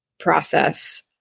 process